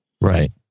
Right